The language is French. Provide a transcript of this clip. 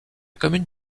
commune